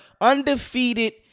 undefeated